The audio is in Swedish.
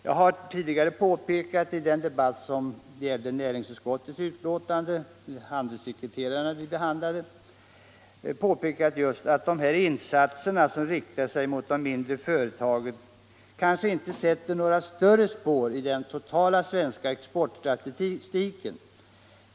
Jag har tidigare - i den debatt som gällde näringsutskottets betänkande om bl.a. anslaget till Exportrådet — påpekat just att insatser som riktar sig mot de mindre företagen kanske inte sätter några större spår i den totala svenska exportstatistiken.